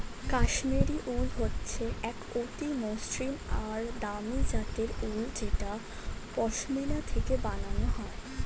কাশ্মীরি উল হচ্ছে এক অতি মসৃন আর দামি জাতের উল যেটা পশমিনা থেকে বানানো হয়